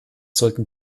sollten